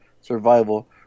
Survival